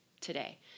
today